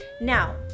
Now